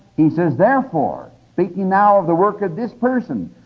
he says, therefore, speaking now of the work of this person,